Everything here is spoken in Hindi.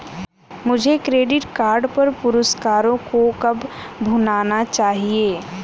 मुझे क्रेडिट कार्ड पर पुरस्कारों को कब भुनाना चाहिए?